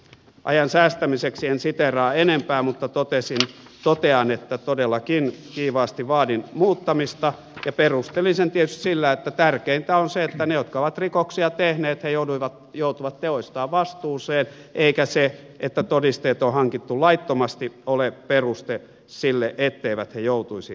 ajan säästämiseksi en siteeraa enempää mutta totean että todellakin kiivaasti vaadin muuttamista ja perustelin sen tietysti sillä että tärkeintä on se että ne jotka ovat rikoksia tehneet joutuvat teoistaan vastuuseen eikä se että todisteet on hankittu laittomasti ole peruste sille etteivät he joutuisi vastuuseen